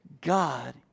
God